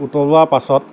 উতলোৱাৰ পাছত